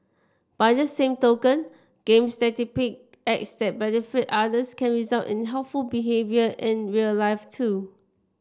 by the same token games that depict acts that benefit others can result in helpful behaviour in real life too